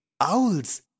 Owls